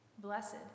Blessed